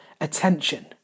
attention